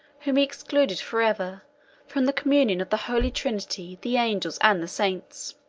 whom he excluded forever from the communion of the holy trinity, the angels, and the saints.